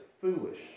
foolish